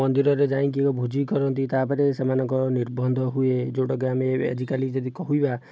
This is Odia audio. ମନ୍ଦିରରେ ଯାଇଁକି ଏକ ଭୋଜି କରନ୍ତି ତାପରେ ସେମାନଙ୍କର ନିର୍ବନ୍ଧ ହୁଏ ଯେଉଁଟାକି ଆମେ ଏ ଆଜି କାଲି ଯଦି କହିବା